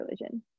religion